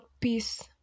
peace